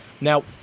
Now